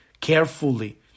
carefully